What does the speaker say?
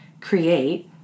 create